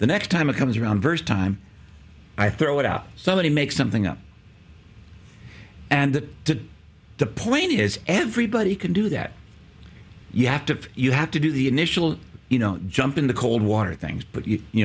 the next time it comes around first time i throw it out somebody make something up and to the point is everybody can do that you have to if you have to do the initial you know jump in the cold water things but you